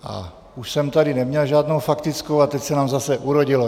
A už jsem tady neměl žádnou faktickou, ale teď se nám zase urodilo.